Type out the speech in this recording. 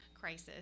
crisis